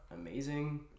amazing